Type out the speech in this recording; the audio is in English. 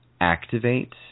activate